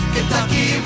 Kentucky